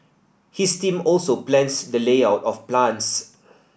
his team also plans the layout of plants